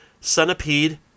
Centipede